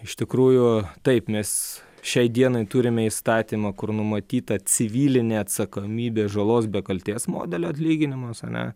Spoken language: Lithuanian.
iš tikrųjų taip mes šiai dienai turime įstatymą kur numatyta civilinė atsakomybė žalos be kaltės modelio atlyginimas ane